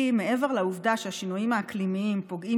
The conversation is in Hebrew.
כי מעבר לעובדה שהשינויים האקלימיים פוגעים